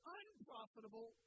unprofitable